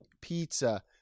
pizza